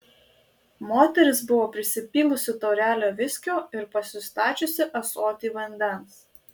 moteris buvo prisipylusi taurelę viskio ir pasistačiusi ąsotį vandens